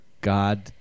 God-